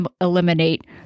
eliminate